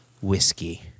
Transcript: whiskey